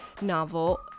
novel